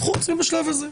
חוץ מאשר בשלב הזה.